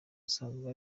asanzwe